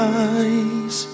eyes